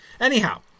Anyhow